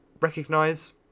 recognize